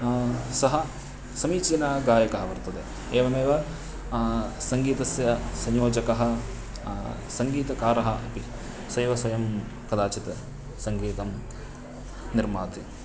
सः समीचीनः गायकः वर्तते एवमेव सङ्गीतस्य संयोजकः सङ्गीतकारः अपि स एव स्वयं कदाचित् सङ्गीतं निर्माति